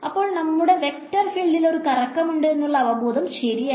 അപ്പോൾ നമ്മുടെ വെക്ടർ ഫീൽഡിൽ ഒരു കറക്കം ഉണ്ട് എന്നുള്ള അവബോധം ശെരിയായിരുന്നു